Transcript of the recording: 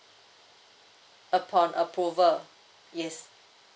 upon approval yes